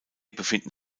befinden